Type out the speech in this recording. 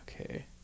okay